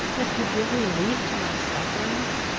that could give relief to my sufferings?